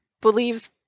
believes